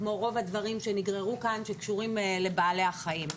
כמו רוב הדברים שנגררו כאן שקשורים לבעלי החיים.